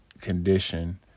condition